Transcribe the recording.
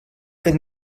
fet